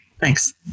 Thanks